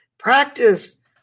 Practice